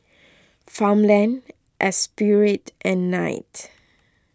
Farmland Espirit and Knight